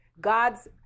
God's